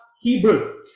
Hebrew